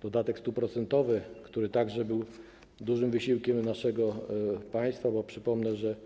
To dodatek 100-procentowy, który był dużym wysiłkiem dla naszego państwa, bo przypomnę, że